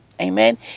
Amen